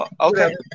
Okay